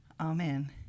Amen